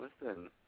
listen